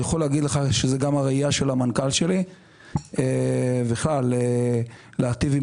גם הראייה של המנכ"ל שלי היא להיטיב עם